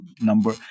number